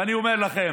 ואני אומר לכם,